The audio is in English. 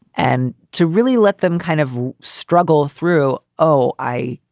and to really let them kind of struggle through. oh, i.